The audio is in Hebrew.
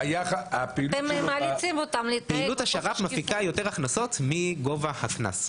אתם מאלצים אותם להתנהג בחוסר שקיפות.